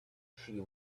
she